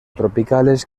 tropicales